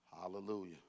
Hallelujah